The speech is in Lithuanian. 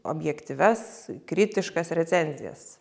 objektyvias kritiškas recenzijas